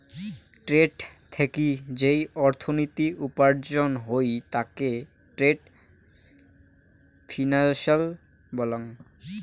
trade থাকি যেই অর্থনীতি উপার্জন হই তাকে ট্রেড ফিন্যান্স বলং